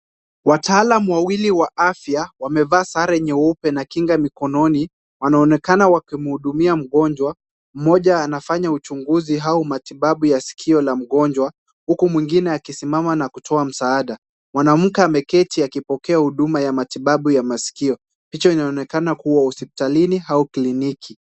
Wataalamu wawili wa afya, wamevaa sare nyeupe na kinga mikononi, wanaonekana wakihudumia mgonjwa mmoja anafanya uchunguzi au matibabu ya sikio la mgonjwa, huku mwingine akisimama na kutoa msaada. mwanamke ameketi akipokea huduma ya matibabu ya masikio. picha inaonekana kuwa hospitalini au kliniki.